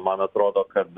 man atrodo kad